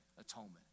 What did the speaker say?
atonement